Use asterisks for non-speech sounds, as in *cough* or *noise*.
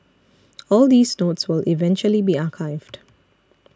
*noise* all these notes will eventually be archived